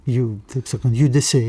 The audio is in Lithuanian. jų taip sakant judesiai